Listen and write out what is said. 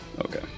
Okay